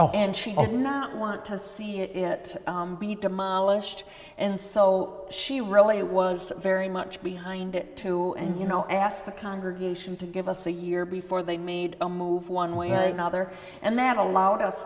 some and she did not want to see it be demolished and so she really it was very much behind it too and you know ask the congregation to give us a year before they made a move one way or another and that allowed us